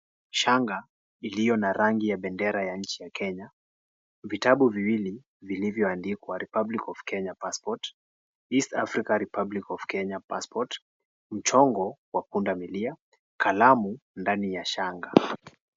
Shanga iliyo na rangi ya bendera ya nchi Kenya vitabu viwili vilivyo andikwa Republic of Kenya Passport , East Africa Republic of Kenya Passport , mchongo wa punda milia kalamu ndani ya shanga.